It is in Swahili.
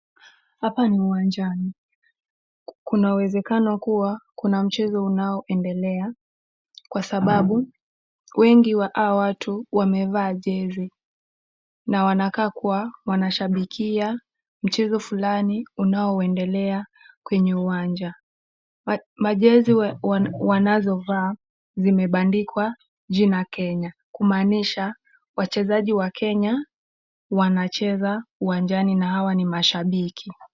Hapa ni uwanjani. Kunawezekana kuwa kuna mchezo unaoendelea kwa sababu wengi wa hao watu wamevaa jezi na wanakaa kuwa wanashabikia mchezo fulani unaoendelea kwenye uwanja. Majezi wanazovaa zimebandikwa jina Kenya, kumaanisha wachezaji wa Kenya wanacheza uwanjani na hawa ni mashabiki.